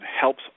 helps